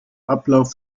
ablauf